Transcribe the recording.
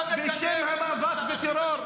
-- ולכן אנחנו נתנגד להצעת החוק.